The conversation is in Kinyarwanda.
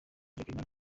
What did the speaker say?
jacqueline